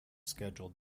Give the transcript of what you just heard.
scheduled